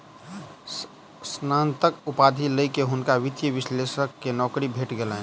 स्नातक उपाधि लय के हुनका वित्तीय विश्लेषक के नौकरी भेट गेलैन